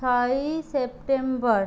ছয়ই সেপ্টেম্বর